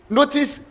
notice